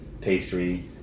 pastry